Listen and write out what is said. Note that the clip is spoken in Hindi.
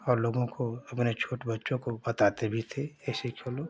और लोगों को अपने छोटे बच्चों को बताते भी थे ऐसे खेलो